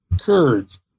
Kurds